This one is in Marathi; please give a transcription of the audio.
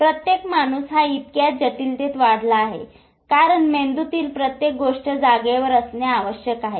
प्रत्येक माणूस हा इतक्याच जटिलतेत वाढला आहे कारण मेंदूतील प्रत्येक गोष्ट जागेवर असणे आवश्यक आहे